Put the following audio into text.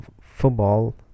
football